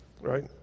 right